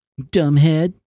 Dumbhead